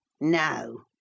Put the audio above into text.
No